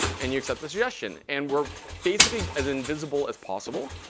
and you accept the suggestion. and we're basically as invisible as possible.